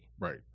right